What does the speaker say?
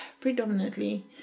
predominantly